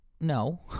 no